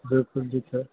बिल्कुलु ठीकु आहे